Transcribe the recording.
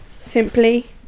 Simply